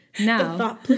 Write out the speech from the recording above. now